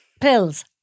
pills